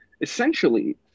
Essentially